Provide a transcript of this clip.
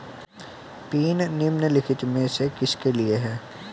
Pin निम्नलिखित में से किसके लिए है?